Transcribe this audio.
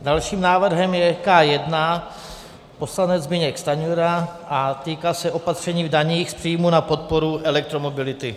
Dalším návrhem je K1, poslanec Zbyněk Stanjura, a týká se opatření v daních z příjmů na podporu elektromobility.